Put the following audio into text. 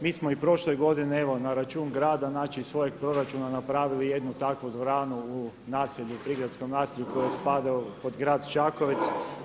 Mi smo i prošle godine evo na račun grada znači iz svojeg proračuna napravili jednu takvu dvoranu u naselju, prigradskom naselju koje spada pod Grad Čakovec.